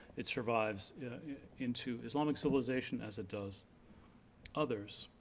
it survives into islamic civilization as it does others.